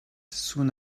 soon